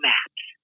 Maps